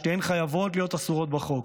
שניהם חייבים להיות אסורים בחוק.